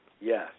yes